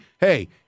Hey